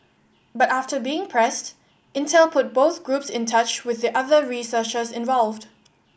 but after being pressed Intel put both groups in touch with the other researchers involved